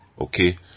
okay